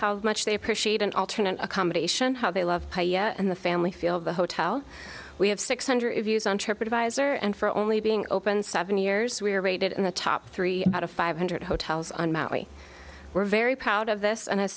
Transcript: how much they appreciate an alternate accommodation how they love and the family feel of the hotel we have six hundred views on trip advisor and for only being open seven years we are rated in the top three out of five hundred hotels on maui we're very proud of this and ha